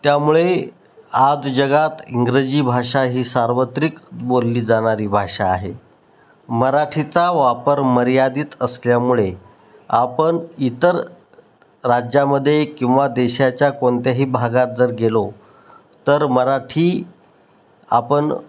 त्यामुळे आज जगात इंग्रजी भाषा ही सार्वत्रिक बोलली जाणारी भाषा आहे मराठीचा वापर मर्यादित असल्यामुळे आपण इतर राज्यामध्ये किंवा देशाच्या कोणत्याही भागात जर गेलो तर मराठी आपण